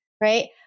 right